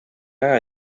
aja